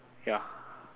ya